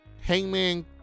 Hangman